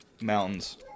Mountains